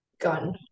gun